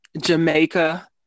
Jamaica